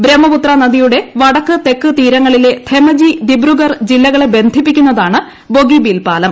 ബ്രഹ്മപുത്ര നദിയുടെ വടക്ക് തെക്ക് തീരങ്ങളില്പ്പെട് ദിബ്രുഗർഹ് ജില്ലകളെ ബന്ധിപ്പിക്കുന്നതാണ് ബൊഗിബീൽ പാലം